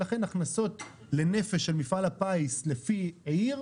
ולכן הכנסות לנפש של מפעל הפיס לפי עיר,